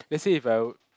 let's say if I